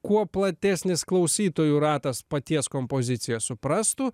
kuo platesnis klausytojų ratas paties kompoziciją suprastų